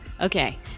Okay